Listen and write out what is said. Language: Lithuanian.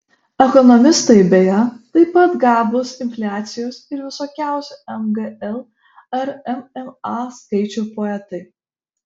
ekonomistai beje taip pat gabūs infliacijos ir visokiausių mgl ar mma skaičių poetai